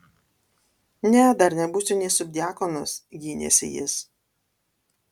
ne dar nebūsiu nė subdiakonas gynėsi jis